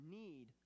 need